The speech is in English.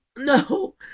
No